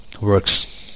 works